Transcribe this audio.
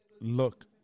look